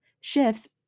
shifts